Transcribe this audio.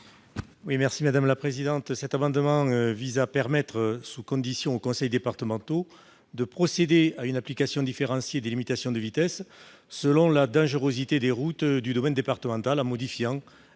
est à M. Alain Duran. Cet amendement vise à permettre sous condition aux conseils départementaux de procéder à une application différenciée des limitations de vitesse selon la dangerosité des routes du domaine départemental, en modifiant